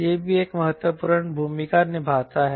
यह भी एक महत्वपूर्ण भूमिका निभाता है